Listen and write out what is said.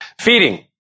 Feeding